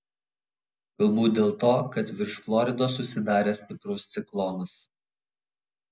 galbūt dėl to kad virš floridos susidaręs stiprus ciklonas